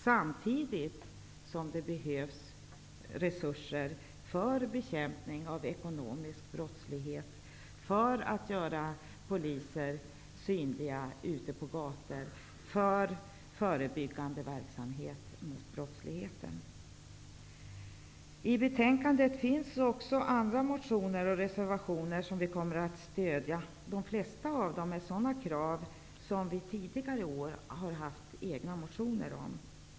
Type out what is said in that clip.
Samtidigt behövs det resurser för bekämpning av ekonomisk brottslighet, för att göra poliser synliga ute på gator och för förebyggande verksamhet mot brottslighet. I betänkandet finns också andra motioner och reservationer som vi kommer att stödja. De flesta av dessa innehåller sådana krav som vi tidigare år har väckt motioner om.